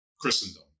Christendom